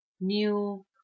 new